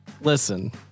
listen